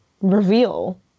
reveal